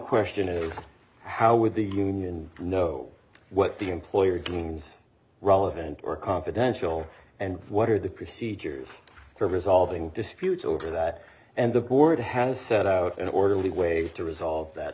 question is how would the union know what the employer gains relevant or confidential and what are the procedures for resolving disputes over that and the board has set out an orderly way to resolve that